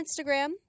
Instagram